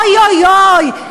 אוי אוי אוי.